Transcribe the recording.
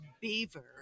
beaver